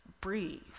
breathe